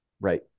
right